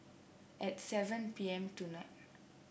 at seven P M tonight